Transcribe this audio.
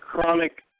chronic